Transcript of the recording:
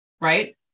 right